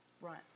Right